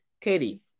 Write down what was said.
Katie